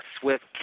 swift